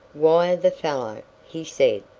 wire the fellow, he said,